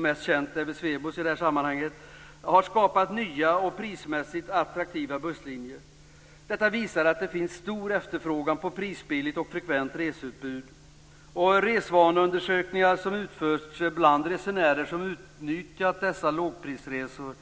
mest känt är väl Swebus i detta sammanhang - har skapat nya och prismässigt attraktiva busslinjer. Detta visar att det finns stor efterfrågan på prisbilligt och frekvent reseutbud. Resvaneundersökningar som utförts bland resenärer som utnyttjat dessa lågprisresor